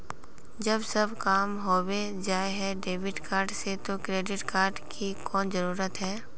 जब सब काम होबे जाय है डेबिट कार्ड से तो क्रेडिट कार्ड की कोन जरूरत है?